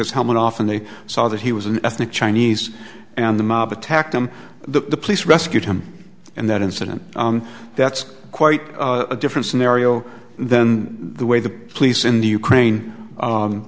his helmet off and they saw that he was an ethnic chinese and the mob attacked him the police rescued him and that incident that's quite a different scenario then the way the police in the ukraine